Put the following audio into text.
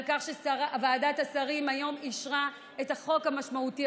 על כך שוועדת השרים אישרה יום את החוק המשמעותי